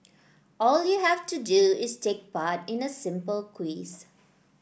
all you have to do is take part in a simple quiz